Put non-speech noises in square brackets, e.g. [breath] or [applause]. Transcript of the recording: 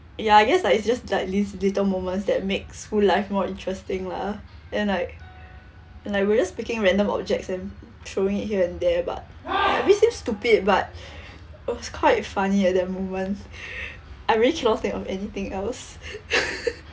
ya I guess like it's just like these little moments that make school life more interesting lah [breath] then like like we just picking random objects and throwing it here and there but it may seem stupid but [breath] it was quite funny at that moment [breath] I really cannot think of anything else [laughs]